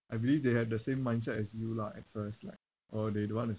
I believe they have the same mindset as you lah at first like orh they don't want